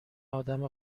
ادم